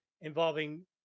involving